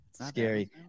Scary